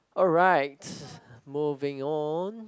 alright moving on